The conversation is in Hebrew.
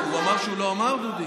הוא אמר שהוא לא אמר, דודי?